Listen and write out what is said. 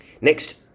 Next